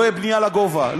לא תהיה בנייה לגובה,